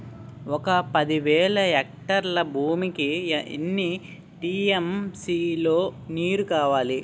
ఒక పది వేల హెక్టార్ల భూమికి ఎన్ని టీ.ఎం.సీ లో నీరు కావాలి?